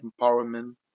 Empowerment